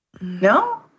No